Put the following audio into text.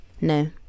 No